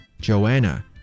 Joanna